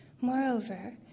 Moreover